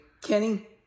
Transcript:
Kenny